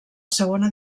segona